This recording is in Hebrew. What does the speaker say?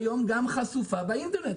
חשופה היום גם באינטרנט.